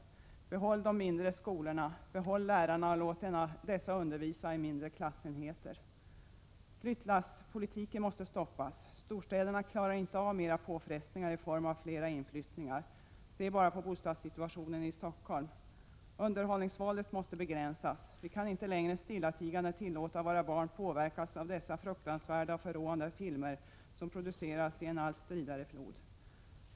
Behåll de mindre skolorna, behåll lärarna och låt dessa undervisa i mindre klassenheter. Flyttlasspolitiken måste stoppas. Storstäderna klarar inte av mer påfrestning i form av fler inflyttningar. Se bara på bostadssituationen i Stockholm. Underhållningsvåldet måste begränsas. Vi kan inte längre stillatigande tillåta att våra barn påverkas av dessa fruktansvärda och förråande filmer som produceras i en allt stridare flod.